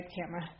camera